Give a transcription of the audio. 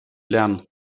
lernen